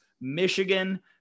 Michigan